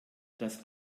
das